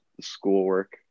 schoolwork